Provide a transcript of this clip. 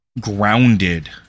grounded